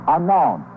Unknown